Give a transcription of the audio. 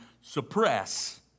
suppress